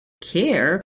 care